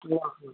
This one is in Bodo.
नुवाखै